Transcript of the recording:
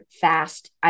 fast